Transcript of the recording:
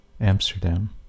Amsterdam